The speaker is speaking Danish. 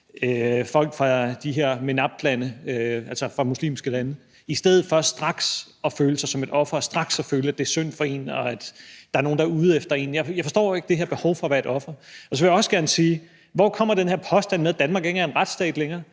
folk fra de her MENAP-lande, altså fra muslimske lande, i stedet for straks at føle sig som et offer og straks føle, at det er synd for en, og at der er nogen, der er ude efter en? Jeg forstår ikke det her behov for at være et offer. Så vil jeg også gerne sige: Hvor kommer den her påstand fra, altså at Danmark ikke er en retsstat længere?